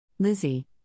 Lizzie